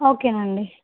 okay అండి